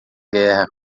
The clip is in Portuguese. guerra